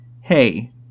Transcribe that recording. hey